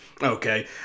Okay